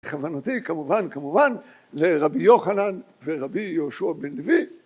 כוונתי כמובן כמובן לרבי יוחנן ורבי יהושע בן דבי